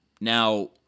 Now